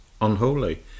unholy